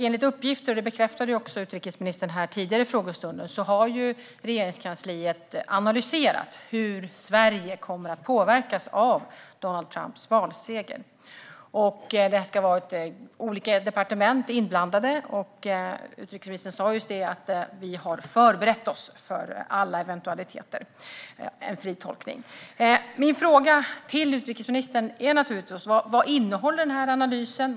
Enligt uppgifter - och utrikesministern bekräftade detta tidigare under frågestunden - har Regeringskansliet analyserat hur Sverige kommer att påverkas av Donald Trumps valseger. Olika departement ska ha varit inblandade. Utrikesministern sa, i en fri tolkning: Vi har förberett oss för alla eventualiteter. Mina frågor till utrikesministern är naturligtvis: Vad innehåller analysen?